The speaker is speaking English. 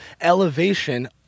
elevation